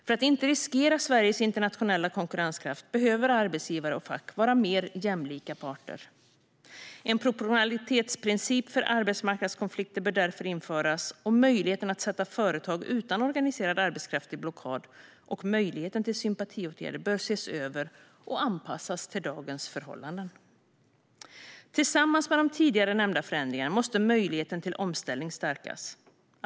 För att inte riskera Sveriges internationella konkurrenskraft behöver arbetsgivare och fack vara mer jämlika parter. En proportionalitetsprincip för arbetsmarknadskonflikter bör därför införas. Möjligheten att sätta företag utan organiserad arbetskraft i blockad och möjligheten till sympatiåtgärder bör ses över och anpassas till dagens förhållanden. Tillsammans med de tidigare nämnda förändringarna måste möjligheten till omställning stärkas.